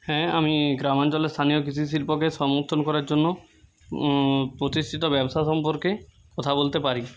হ্যাঁ আমি গ্রামাঞ্চলের স্থানীয় কৃষি শিল্পকে সমর্থন করার জন্য প্রতিষ্ঠিত ব্যবসা সম্পর্কে কথা বলতে পারি